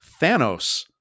Thanos